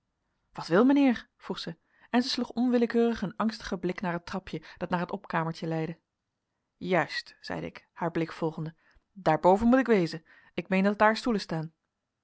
wat wil meneer vroeg zij en zij sloeg onwillekeurig een angstigen blik naar het trapje dat naar het opkamertje leidde juist zeide ik haar blik volgende daar boven moet ik wezen ik meen dat daar stoelen staan